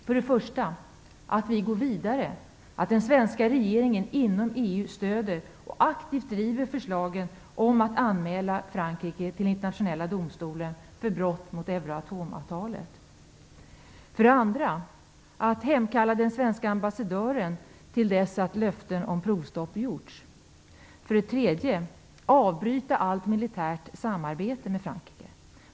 För det första att vi går vidare, att den svenska regeringen inom EU stödjer och aktivt driver förslaget om att anmäla Frankrike till den internationella domstolen för brott mot Euratomavtalet. För det andra att hemkalla den svenska ambassadören till dess att löften om provstopp gjorts. För det tredje att avbryta allt militärt samarbete med Frankrike.